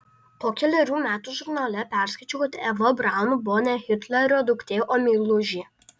po kelerių metų žurnale perskaičiau kad eva braun buvo ne hitlerio duktė o meilužė